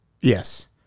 Yes